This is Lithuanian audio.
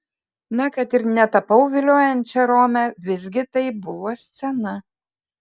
na kad ir netapau viliojančia rome visgi tai buvo scena